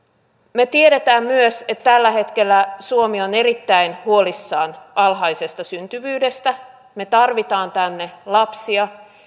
me tiedämme myös että tällä hetkellä suomi on erittäin huolissaan alhaisesta syntyvyydestä me tarvitsemme tänne lapsia